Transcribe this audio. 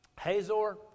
Hazor